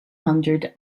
hundred